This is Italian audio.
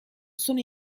sono